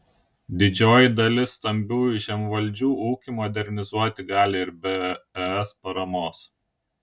didžioji dalis stambiųjų žemvaldžių ūkį modernizuoti gali ir be es paramos